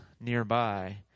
nearby